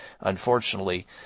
Unfortunately